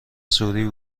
سوری